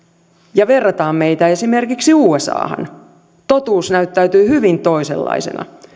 ja verrataan meitä esimerkiksi usahan totuus näyttäytyy hyvin toisenlaisena